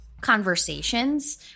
conversations